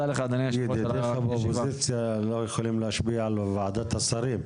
הבעיה היא שידידיך באופוזיציה לא יכולים להשפיע על ועדת השרים,